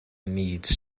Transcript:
needs